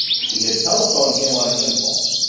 she had telephoned him on an impulse.